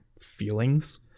feelings